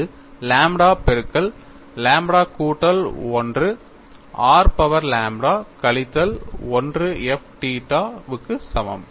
இது லாம்ப்டா பெருக்கல் லாம்ப்டா கூட்டல் 1 r பவர் லாம்ப்டா கழித்தல் 1 f தீட்டா வுக்கு சமம்